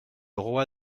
roi